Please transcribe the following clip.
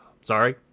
Sorry